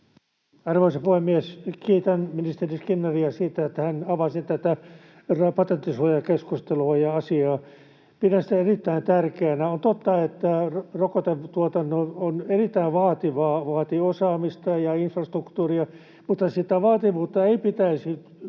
Arvoisa puhemies! Kiitän ministeri Skinnaria siitä, että hän avasi tätä patenttisuojakeskustelua ja ‑asiaa. Pidän sitä erittäin tärkeänä. On totta, että rokotetuotanto on erittäin vaativaa, vaatii osaamista ja infrastruktuuria, mutta sitä vaativuutta ei pitäisi